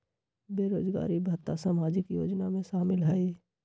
बेरोजगारी भत्ता सामाजिक योजना में शामिल ह ई?